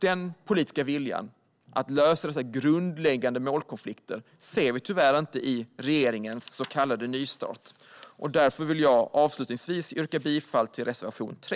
Den politiska viljan att lösa dessa grundläggande målkonflikter ser vi tyvärr inte i regeringens så kallade nystart. Därför vill jag avslutningsvis yrka bifall till reservation 3.